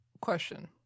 Question